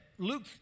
Luke